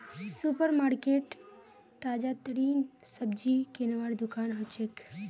super market ताजातरीन सब्जी किनवार दुकान हछेक